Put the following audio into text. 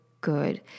good